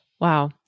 Wow